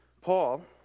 Paul